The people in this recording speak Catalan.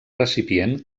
recipient